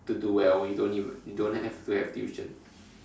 to do well you don't even you don't have to have tuition